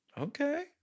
Okay